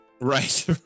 Right